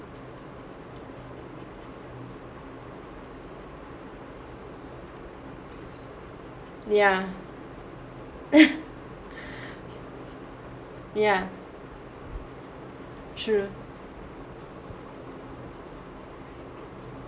ya ya true